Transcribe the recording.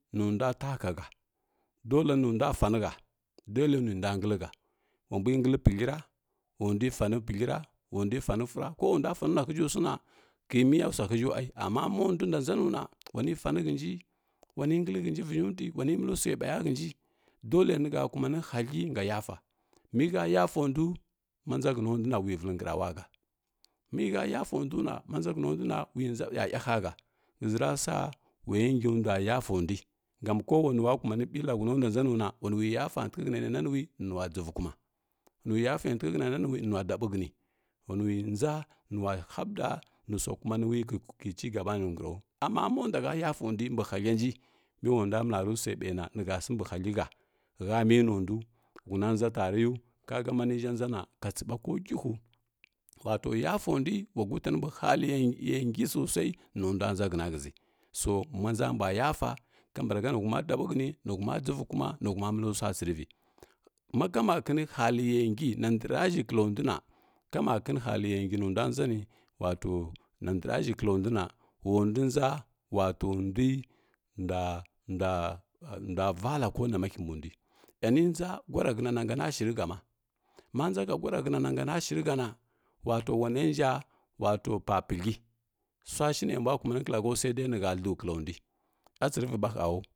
Nundua takahə dole nindua sanihə dole nundua ngiəhə mambui nglə pilghə ra wa ndui fani pilghəra wandui sani vəvra kowandua faninahəʒhusuna kimiya suahəʒhə vai amma maundui ndua nʒanuna wani sani hənji wani nghlə hənji viʒhuntvi wani məlisui ɓaya hənji dole nihə kumani haghə nga yafa mihə yafa ndui ma nʒahən a nduna wevəli ngrauwahə mihə yafa ndu manʒahəna nduna ulenʒ yaryahihə ghəʒi rasa ulaya nji ndua yasa ndui gau kowanua kumani ɓila həuna ndaa nʒanu na ulanuui yusatihə hənanananuwi ninuwa ghəva kuma wanuwi yafatikhə hənananuwi ninuwa daɓi həni wanuwi nʒa ninuula haɓida nusuakumanuwi kicigabanu ni ngraalu amma monduahə yafa ndui mbi halənji miula ndua məlari sua ɓaina nihə simbi na thəhə hə minundu huna nʒatarayu ka ga amani ʒhə nʒaana katsiɓa ko gihu wato yafa ndui ula gutani mbi haliya ngi sosai nundua nʒahəna ghəʒi so manʒa mbua yasa kambrahə nihuma dasi həni nihua ghivukuma nihuma məli sua tsirivi nihuma ghivukuma nikuma məli sua tsirivi ma kamakinə haliye ngi nanabraʒhə klanduna kaakinə haliye nji nundua nʒani wato na ndra ʒhə klanduna wao ndu nʒa wato ndui ndua ndua ndua vala konama kimbundui ani nʒa suraɦananga na shirihəma, ma anʒahə surahənananga na shirihəna wato ulane nja wato pa pighləi suashina mbua kumani klahəu saida nihəlu klandui atsiriviɓa həulu.